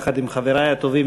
יחד עם חברי הטובים,